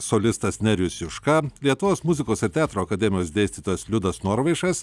solistas nerijus juška lietuvos muzikos ir teatro akademijos dėstytojas liudas norvaišas